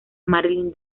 marilyn